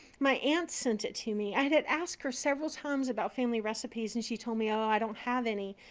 my aunt sent it to me. i did ask her several times about family recipes and she told me, oh, i don't have any.